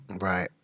Right